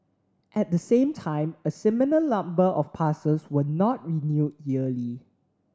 at the same time a similar number of passes were not renewed yearly